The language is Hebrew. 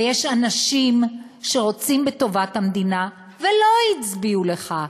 ויש אנשים שרוצים בטובת המדינה ולא הצביעו לך,